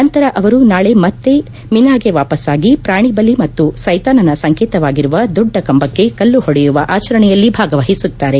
ನಂತರ ಅವರು ನಾಳೆ ಮತ್ತೆ ಮಿನಾಗೆ ವಾಪಸ್ವಾಗಿ ಪ್ರಾಣಿ ಬಲಿ ಮತ್ತು ಸ್ನೆತಾನನ ಸಂಕೇತವಾಗಿರುವ ದೊಡ್ಡ ಕಂಬಕ್ಕೆ ಕಲ್ಲು ಹೊಡೆಯುವ ಆಚರಣೆಯಲ್ಲಿ ಭಾಗವಹಿಸುತ್ತಾರೆ